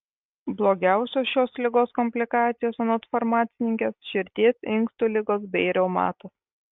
blogiausios šios ligos komplikacijos anot farmacininkės širdies inkstų ligos bei reumatas